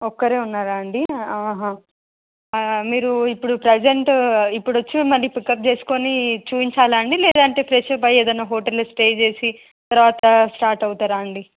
ఒక్కరే ఉన్నారా అండి మీరు ఇప్పుడు ప్రెసెంట్ ఇప్పుడు వచ్చి మళ్ళీ పికప్ చేసుకుని చూపించాచాలా అండి లేదంటే ఫ్రెషప్ అయ్యి ఏదైనహోటల్లో స్టే చేసి తర్వాత స్టార్ట్ అవుతారా అండి